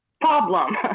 problem